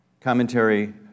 commentary